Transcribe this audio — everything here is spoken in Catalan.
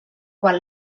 quan